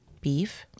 Beef